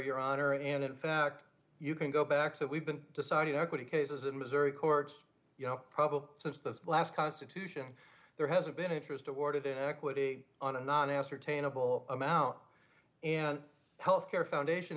your honor and in fact you can go back to we've been decided equity cases in missouri courts you know probably since the last constitution there hasn't been interest in order to equity on a non ascertainable amount and health care foundation